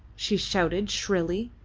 she shouted, shrilly.